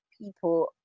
people